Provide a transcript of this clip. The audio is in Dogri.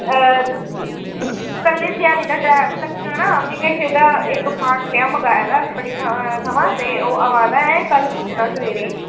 कल्ल ध्याड़ी दा टैम ते लग्गी जाना मे दे शे दा इक पार्ट नेहा मंगाए दा कंपनी थमां ते ओह् आवै दा ऐ कल्ल पुज्जना सवेरे